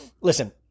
listen